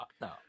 No